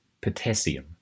potassium